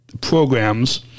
programs